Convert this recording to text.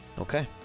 Okay